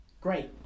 Great